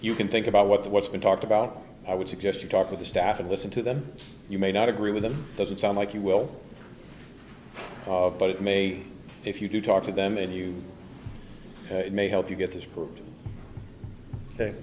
you can think about what the what's been talked about i would suggest you talk with the staff and listen to them you may not agree with them doesn't sound like you will but it may if you talk to them and you may help you get this group